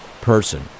person